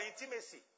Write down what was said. intimacy